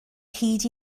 hyd